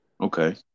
okay